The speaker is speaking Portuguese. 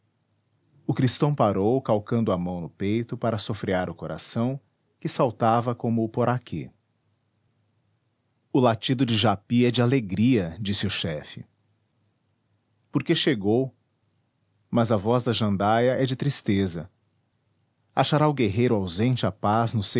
o cristão parou calcando a mão no peito para sofrear o coração que saltava como o poraquê o latido de japi é de alegria disse o chefe porque chegou mas a voz da jandaia é de tristeza achará o guerreiro ausente a paz no